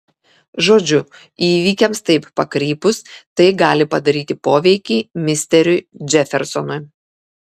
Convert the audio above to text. žodžiu įvykiams taip pakrypus tai gali padaryti poveikį misteriui džefersonui